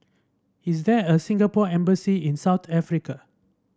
is there a Singapore Embassy in South Africa